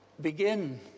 begin